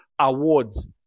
awards